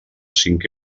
cinc